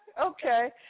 Okay